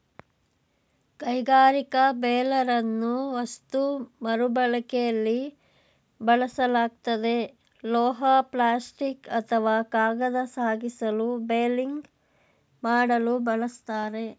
ಕೈಗಾರಿಕಾ ಬೇಲರನ್ನು ವಸ್ತು ಮರುಬಳಕೆಲಿ ಬಳಸಲಾಗ್ತದೆ ಲೋಹ ಪ್ಲಾಸ್ಟಿಕ್ ಅಥವಾ ಕಾಗದ ಸಾಗಿಸಲು ಬೇಲಿಂಗ್ ಮಾಡಲು ಬಳಸ್ತಾರೆ